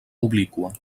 obliqua